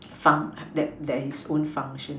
some that there is own function